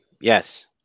yes